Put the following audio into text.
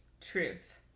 Truth